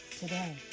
today